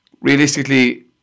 realistically